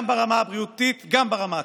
גם ברמה הבריאותית, גם ברמה הכלכלית.